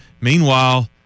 Meanwhile